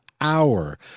hour